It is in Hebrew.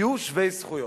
יהיו שווי זכויות?